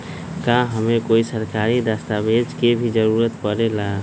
का हमे कोई सरकारी दस्तावेज के भी जरूरत परे ला?